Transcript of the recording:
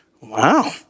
Wow